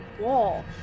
wall